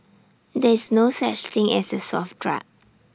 there is no such thing as A soft drug